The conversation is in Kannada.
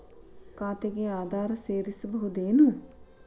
ಖಾತೆಗೆ ಆಧಾರ್ ಸೇರಿಸಬಹುದೇನೂ?